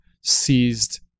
seized